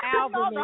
album